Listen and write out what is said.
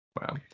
Wow